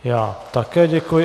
Já také děkuji.